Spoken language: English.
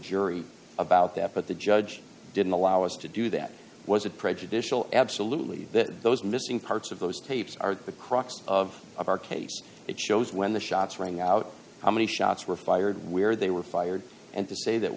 jury about that but the judge didn't allow us to do that was it prejudicial absolutely that those missing parts of those tapes are the crux of our case it shows when the shots rang out how many shots were fired where they were fired and to say that